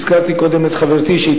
הזכרתי קודם את חברתי מירי רגב,